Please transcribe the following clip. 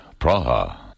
Praha